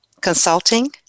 Consulting